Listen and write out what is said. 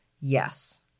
Yes